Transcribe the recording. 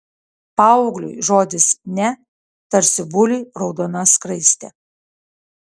paaugliui žodis ne tarsi buliui raudona skraistė